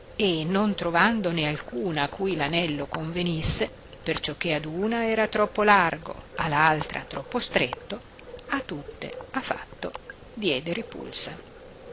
e non trovandone alcuna a cui l'anello convenisse perciò che ad una era troppo largo a altra troppo stretto a tutte a fatto diede ripulsa